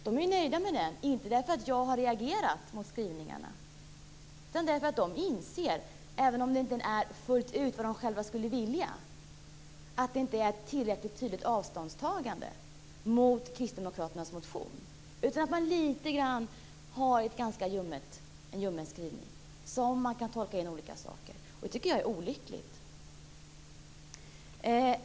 De är nöjda med den, inte därför att jag har reagerat mot skrivningarna utan därför att de inser, även om det inte fullt ut är vad de själva skulle vilja, att det inte är ett tillräckligt tydligt avståndstagande mot Kristdemokraternas motion utan att man litet grand har en ganska ljummen skrivning som man kan tolka in olika saker i. Det tycker jag är olyckligt.